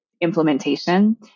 implementation